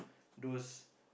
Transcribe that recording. those